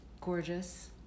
gorgeous